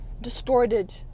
distorted